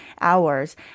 hours